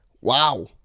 Wow